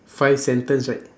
five sentence right